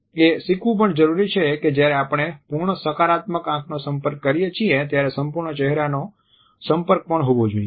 એ શીખવું પણ જરૂરી છે કે જ્યારે આપણે પૂર્ણ સકારાત્મક આંખનો સંપર્ક કરીએ છીએ ત્યારે સંપૂર્ણ ચહેરાનો સંપર્ક પણ હોવો જોઈએ